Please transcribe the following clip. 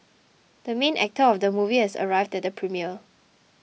the main actor of the movie has arrived at the premiere